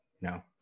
no